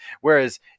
Whereas